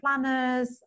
planners